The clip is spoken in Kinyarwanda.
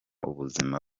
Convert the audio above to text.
ubuzima